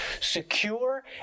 secure